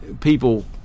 people